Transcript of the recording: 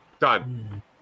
done